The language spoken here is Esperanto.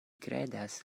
kredas